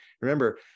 remember